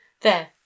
There